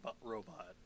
robot